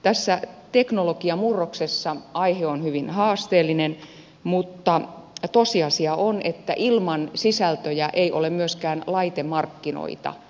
tässä teknologiamurroksessa aihe on hyvin haasteellinen mutta tosiasia on että ilman sisältöjä ei ole myöskään laitemarkkinoita